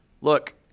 look